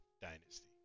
Dynasty